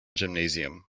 gymnasium